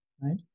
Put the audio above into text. right